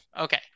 Okay